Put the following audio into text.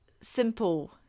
simple